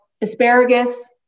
asparagus